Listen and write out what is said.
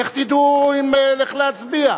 איך תדעו איך להצביע?